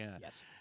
yes